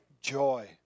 joy